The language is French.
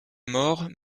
mort